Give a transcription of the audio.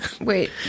Wait